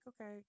okay